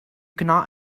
cannot